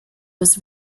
was